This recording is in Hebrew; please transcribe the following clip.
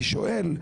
אני שואל,